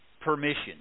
permission